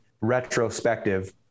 retrospective